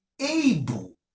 able